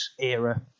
era